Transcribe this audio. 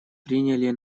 приняли